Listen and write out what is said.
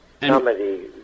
comedy